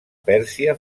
pèrsia